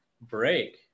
break